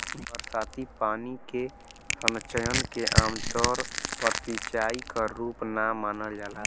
बरसाती पानी के संचयन के आमतौर पर सिंचाई क रूप ना मानल जाला